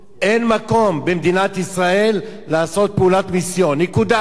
אין מקום במדינת ישראל לעשות פעולת מיסיון, נקודה.